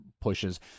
pushes